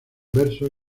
verso